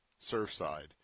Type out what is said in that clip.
Surfside